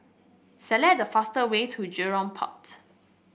select the fastest way to Jurong Port